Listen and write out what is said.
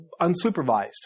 unsupervised